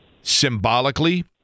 symbolically